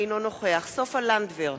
אינו נוכח סופה לנדבר,